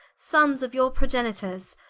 sonnes of your progenitors,